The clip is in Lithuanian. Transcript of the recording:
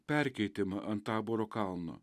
perkeitimą ant taboro kalno